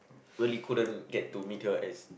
really couldn't get to meet her as